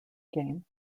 game